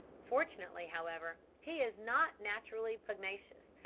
fortunately, however, he is not naturally pugnacious,